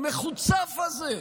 המחוצף הזה,